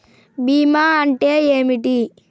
బీమా అంటే ఏమిటి?